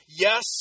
Yes